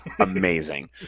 amazing